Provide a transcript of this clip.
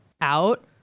out